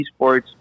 eSports